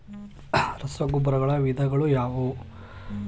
ರಸಗೊಬ್ಬರಗಳ ವಿಧಗಳು ಯಾವುವು?